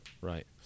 Right